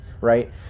right